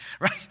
right